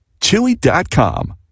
Chewy.com